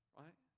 right